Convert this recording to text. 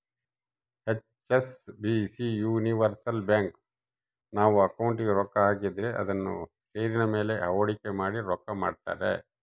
HSBC universal bank, ನಾವು ಅಕೌಂಟಿಗೆ ರೊಕ್ಕ ಹಾಕಿದ್ರ ಅದುನ್ನ ಷೇರಿನ ಮೇಲೆ ಹೂಡಿಕೆ ಮಾಡಿ ರೊಕ್ಕ ಮಾಡ್ತಾರ